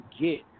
get